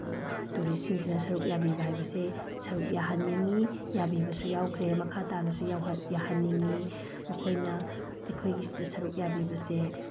tourist ꯁꯤꯡꯁꯤꯅ ꯁꯔꯨꯛ ꯌꯥꯕꯤꯕ ꯍꯥꯏꯕꯁꯤ ꯁꯔꯨꯛ ꯌꯥꯍꯟꯅꯤꯡꯏ ꯌꯥꯕꯤꯕꯁꯨ ꯌꯥꯎꯈ꯭ꯔꯦ ꯃꯈꯥ ꯇꯥꯅꯁꯨ ꯌꯥꯍꯟꯅꯤꯡꯏ ꯃꯈꯣꯏꯅ ꯑꯩꯈꯣꯏꯒꯤꯁꯤꯗ ꯁꯔꯨꯛ ꯌꯥꯕꯤꯕꯁꯦ